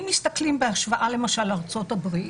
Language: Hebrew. אם מסתכלים בהשוואה למשל לארצות-הברית